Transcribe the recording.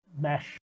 mesh